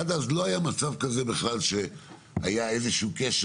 עד אז לא היה מצב כזה בכלל שהיה איזה שהוא קשר